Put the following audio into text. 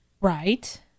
Right